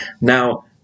Now